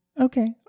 Okay